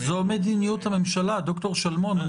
--- זו מדיניות הממשלה, ד"ר שלמון.